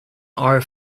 our